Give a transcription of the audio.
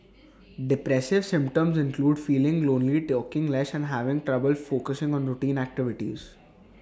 depressive symptoms include feeling lonely talking less and having trouble focusing on routine activities